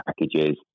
packages